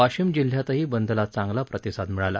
वाशिम जिल्ह्यातही बंदला चांगला प्रतिसाद मिळाला